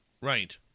Right